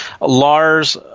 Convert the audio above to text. Lars